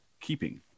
keeping